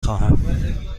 خواهم